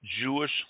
Jewish